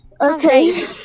Okay